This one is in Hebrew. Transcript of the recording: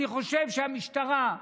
אני חושב שהמשטרה,